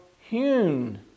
hewn